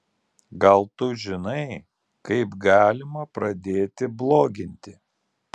gal tu žinai kaip galima pradėti bloginti